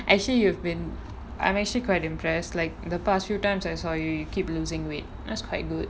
actually you have been I'm actually quite impressed like the past few times I saw you you keep losing weight that's quite good